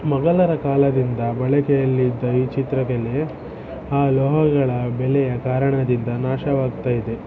ಮೊಘಲರ ಕಾಲದಿಂದ ಬಳಕೆಯಲ್ಲಿ ಇದ್ದ ಈ ಚಿತ್ರಕಲೆ ಆ ಲೋಹಗಳ ಬೆಲೆಯ ಕಾರಣದಿಂದ ನಾಶವಾಗ್ತಾಯಿದೆ